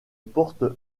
porte